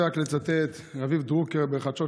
המשפחות הגדולות יתקשו לוותר על הכלים החד-פעמיים,